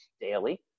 daily